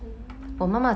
oo